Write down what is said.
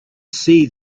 see